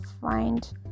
find